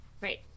Right